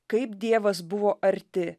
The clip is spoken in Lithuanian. kaip dievas buvo arti